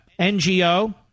NGO